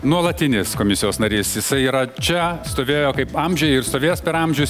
nuolatinis komisijos narys jisai yra čia stovėjo kaip amžiai ir stovės per amžius